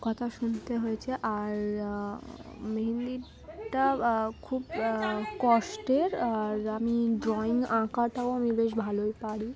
কথা শুনতে হয়েছে আর মেইনলি টা খুব কষ্টের আর আমি ড্রয়িং আঁকাটাও আমি বেশ ভালোই পারি